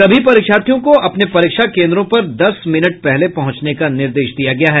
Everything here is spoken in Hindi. सभी परीक्षार्थियों को अपने परीक्षा केंद्रों पर दस मिनट पहले पहुंचने का निर्देश दिया गया है